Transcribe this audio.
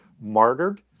martyred